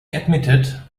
admitted